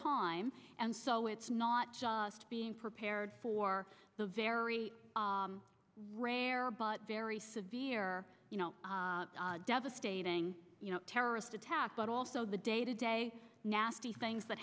time and so it's not just being prepared for the very rare but very severe you know devastating terrorist attack but also the day to day nasty things that